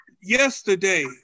yesterday